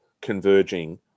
converging